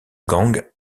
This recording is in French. gang